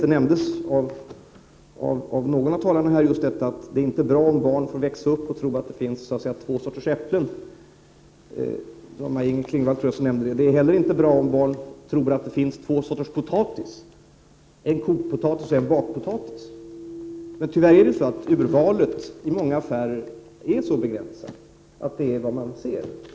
Det nämndes av någon av talarna att det inte är bra om barn får växa upp och tro att det bara finns två sorters äpplen. Jag tror att det var Maj-Inger Klingvall som nämnde det. Det är inte heller bra om barn tror att det bara finns två sorters potatis, en kokpotatis och en bakpotatis. Men tyvärr är urvalet i många affärer så begränsat att detta är vad man ser.